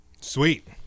Sweet